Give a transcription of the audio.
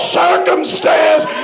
circumstances